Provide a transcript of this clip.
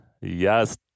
Yes